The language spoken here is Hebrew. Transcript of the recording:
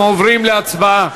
אנחנו עוברים להצבעה,